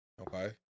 Okay